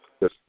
Yes